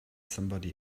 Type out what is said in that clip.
somebody